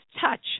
touch